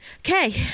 okay